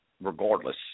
regardless